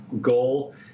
goal